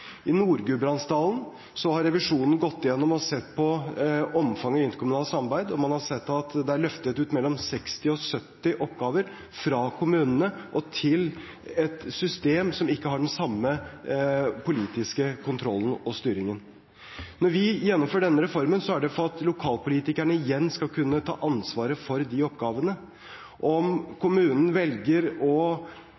har revisjonen gått igjennom og sett på omfanget av interkommunalt samarbeid. Man har sett at det er løftet ut mellom 60 og 70 oppgaver fra kommunene og til et system som ikke har den samme politiske kontrollen og styringen. Når vi gjennomfører denne reformen, er det for at lokalpolitikerne igjen skal kunne ta ansvaret for de oppgavene. Om kommunen velger å